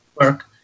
work